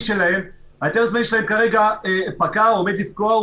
ההיתר הזמני שלהם כרגע פקע או עומד לפקוע,